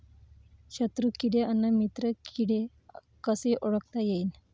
शत्रु किडे अन मित्र किडे कसे ओळखता येईन?